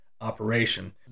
operation